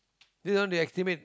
this one they estimate